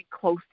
close